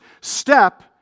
step